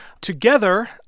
Together